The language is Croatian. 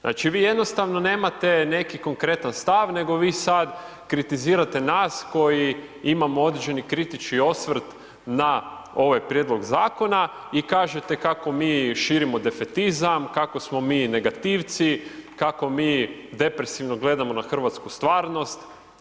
Znači vi jednostavno nemate neki konkretan stav nego vi sad kritizirate nas koji imamo određeni kritički osvrt na ovaj prijedlog zakona i kažete kako mi širimo defetizam, kako smo mi negativci, kako mi depresivno gledamo na hrvatsku stvarnost.